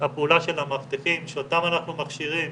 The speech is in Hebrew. הפעולה של המאבטחים שאותם אנחנו מכשירים